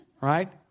Right